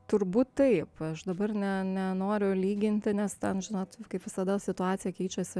turbūt taip aš dabar ne nenoriu lyginti nes ten žinot kaip visada situacija keičiasi